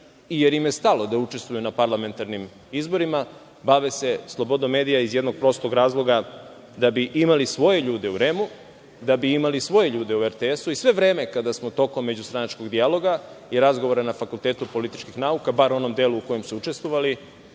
jer im je stalo da učestvuju na parlamentarnim izborima. Bave se slobodom medija iz jednog prostog razloga, da bi imali svoje ljude u REM-u, da bi imali svoje ljude u RTS-u. I sve vreme kada smo tokom međustranačkog dijaloga i razgovora na Fakultetu političkih nauka, bar u onom delu u kojem su učestvovali,